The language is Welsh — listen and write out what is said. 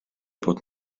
bod